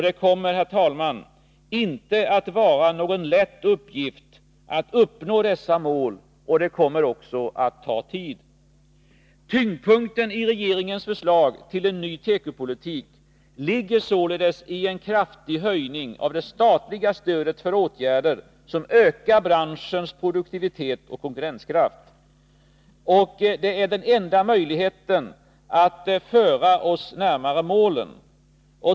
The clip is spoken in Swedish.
Det kommer, herr talman, inte att vara någon lätt uppgift att uppnå dessa mål, och det kommer också att ta tid. Tyngdpunkten i regeringens förslag till en ny tekopolitik ligger således på en kraftig höjning av det statliga stödet för åtgärder, som ökar branschens produktivitet och konkurrenskraft. Det är den enda möjligheten att föra oss närmare målen.